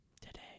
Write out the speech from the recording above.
today